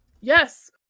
Yes